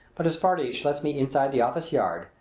but his farrash lets me inside the office yard,